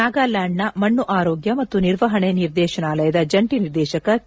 ನಾಗಾಲ್ಯಾಂಡ್ನ ಮಣ್ಣು ಆರೋಗ್ಯ ಮತ್ತು ನಿರ್ವಹಣೆ ನಿರ್ದೇಶನಾಲಯದ ಜಂಟಿ ನಿರ್ದೇಶಕ ಕೆ